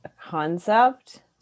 concept